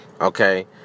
Okay